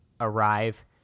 arrive